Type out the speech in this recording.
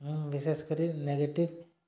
ମୁଁ ବିଶେଷ କରି ନେଗେଟିଭ୍